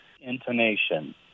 intonation